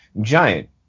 giant